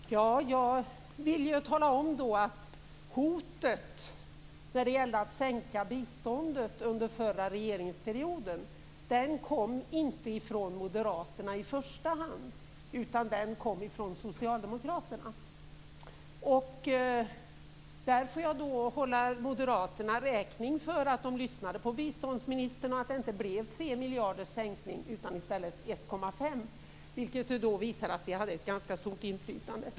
Fru talman! Jag vill tala om att hotet om att sänka biståndet under den förra regeringsperioden inte i första hand kom från moderaterna utan från socialdemokraterna. Jag får hålla moderaterna räkning för att de lyssnade på biståndsministern och att det inte blev en sänkning med 3 miljarder utan i stället med 1,5 miljarder. Detta visar också att vi hade ett ganska stort inflytande.